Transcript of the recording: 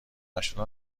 نشدن